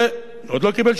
עוד לא קיבל כלום.